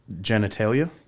genitalia